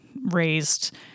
raised